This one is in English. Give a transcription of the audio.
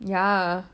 ya